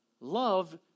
Love